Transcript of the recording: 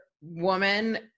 woman